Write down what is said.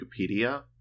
Wikipedia